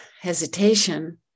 hesitation